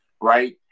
right